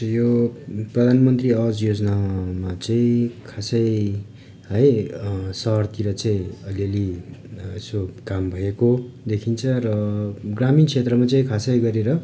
यो प्रधानमन्त्री आवास योजनामा चाहिँ खासै है सहरतिर चाहिँ अलिअलि यसो काम भएको देखिन्छ र ग्रामीण क्षेत्रमा चाहिँ खासै गरेर